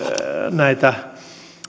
näitä